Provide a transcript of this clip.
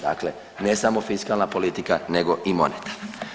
Dakle, ne samo fiskalna politika nego i monetarna.